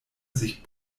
sich